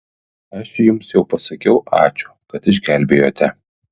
aš jums jau pasakiau ačiū kad išgelbėjote